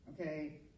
okay